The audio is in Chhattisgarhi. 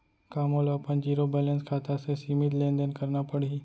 का मोला अपन जीरो बैलेंस खाता से सीमित लेनदेन करना पड़हि?